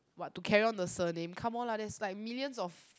what to carry on the surname come on lah that's like millions of